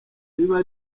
riba